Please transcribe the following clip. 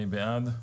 מי בעד?